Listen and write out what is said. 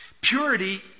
Purity